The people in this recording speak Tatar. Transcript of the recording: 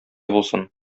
булсын